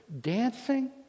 dancing